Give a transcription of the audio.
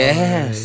Yes